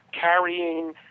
carrying